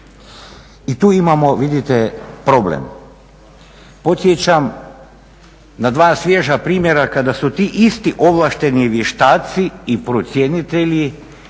I tu imamo vidite problem. Podsjećam na dva svježa primjera kada su ti isti ovlašteni vještaci i procjenitelji